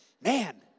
man